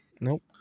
nope